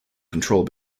control